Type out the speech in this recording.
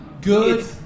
good